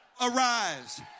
arise